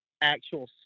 actual